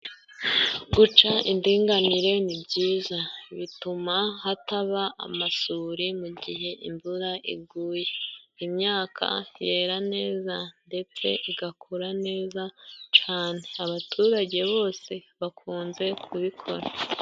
Guca indinganire ni byiza , bituma hataba amasuri mu gihe imvura iguye , imyaka yera neza ndetse igakura neza cane abaturage bose bakunze kubikora.